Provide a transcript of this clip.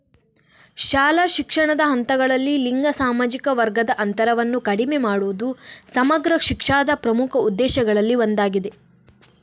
ಶಾಲಾ ಶಿಕ್ಷಣದ ಹಂತಗಳಲ್ಲಿ ಲಿಂಗ ಸಾಮಾಜಿಕ ವರ್ಗದ ಅಂತರವನ್ನು ಕಡಿಮೆ ಮಾಡುವುದು ಸಮಗ್ರ ಶಿಕ್ಷಾದ ಪ್ರಮುಖ ಉದ್ದೇಶಗಳಲ್ಲಿ ಒಂದಾಗಿದೆ